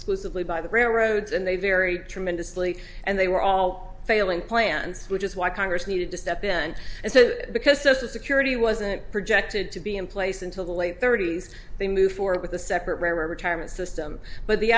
exclusively by the railroads and they vary tremendously and they were all failing plants which is why congress needed to step in and so because social security wasn't projected to be in place until the late thirty's they moved forward with a separate retirement system but the